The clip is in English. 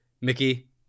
Mickey